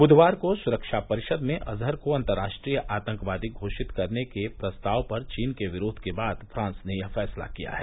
बुधवार को सुरक्षा परिषद में अजहर को अंतर्राष्ट्रीय आतंकवादी घोषित करने के प्रस्ताव पर चीन के विरोध के बाद फ्रांस ने यह फैसला किया है